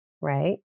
right